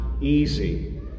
easy